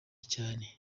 cyane